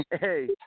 hey